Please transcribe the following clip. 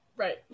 Right